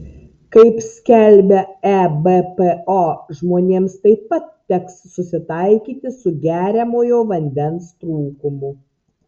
kaip skelbia ebpo žmonėms taip pat teks susitaikyti su geriamojo vandens trūkumu